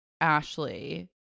ashley